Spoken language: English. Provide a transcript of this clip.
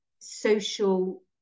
social